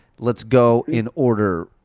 let's go in order.